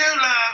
love